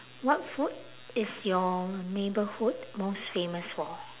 what food is your neighbourhood most famous for